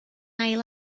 ail